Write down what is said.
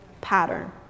pattern